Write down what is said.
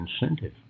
incentive